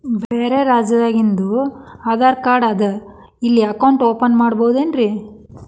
ಬ್ಯಾರೆ ರಾಜ್ಯಾದಾಗಿಂದು ಆಧಾರ್ ಕಾರ್ಡ್ ಅದಾ ಇಲ್ಲಿ ಅಕೌಂಟ್ ಓಪನ್ ಮಾಡಬೋದೇನ್ರಿ?